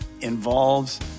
involves